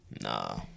Nah